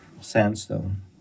Sandstone